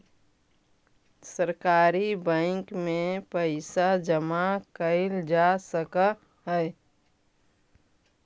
सहकारी बैंक में पइसा जमा कैल जा सकऽ हइ